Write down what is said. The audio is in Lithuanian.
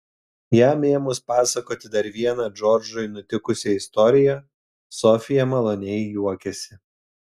jam ėmus pasakoti dar vieną džordžui nutikusią istoriją sofija maloniai juokėsi